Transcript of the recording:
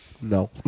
No